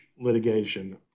litigation